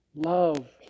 Love